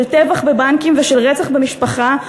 של טבח בבנקים ושל רצח במשפחה,